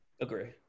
Agree